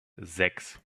sechs